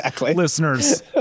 listeners